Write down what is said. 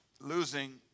losing